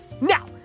Now